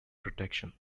protection